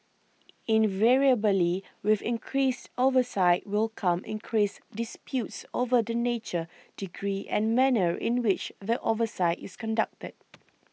invariably with increased oversight will come increased disputes over the nature degree and manner in which the oversight is conducted